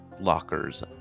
lockers